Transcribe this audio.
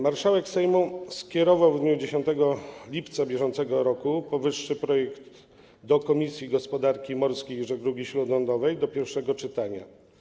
Marszałek Sejmu skierował w dniu 10 lipca br. powyższy projekt do Komisji Gospodarki Morskiej i Żeglugi Śródlądowej do pierwszego czytania.